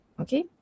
Okay